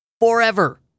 forever